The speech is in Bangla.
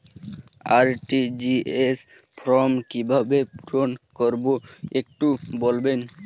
আর.টি.জি.এস ফর্ম কিভাবে পূরণ করবো একটু বলবেন?